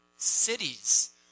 Cities